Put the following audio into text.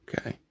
okay